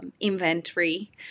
inventory